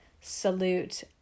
salute